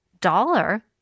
dollar